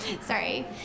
Sorry